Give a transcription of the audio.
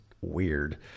weird